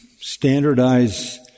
standardize